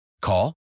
Call